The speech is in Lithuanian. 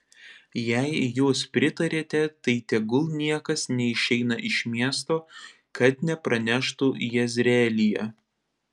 jei jūs pritariate tai tegul niekas neišeina iš miesto kad nepraneštų jezreelyje